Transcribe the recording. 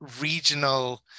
regional